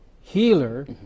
healer